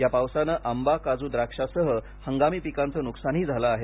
या पावसानं आंबा काजू द्राक्षासह हंगामी पिकांचं नुकसानंही झालं आहे